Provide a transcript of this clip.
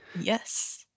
Yes